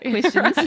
questions